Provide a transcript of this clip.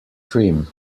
trim